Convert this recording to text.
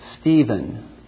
Stephen